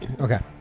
Okay